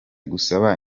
gusaba